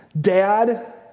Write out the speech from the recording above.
Dad